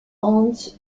hans